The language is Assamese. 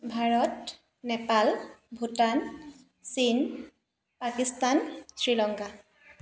ভাৰত নেপাল ভূটান চীন পাকিস্তান শ্ৰীলংকা